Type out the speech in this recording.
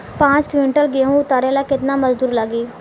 पांच किविंटल गेहूं उतारे ला केतना मजदूर लागी?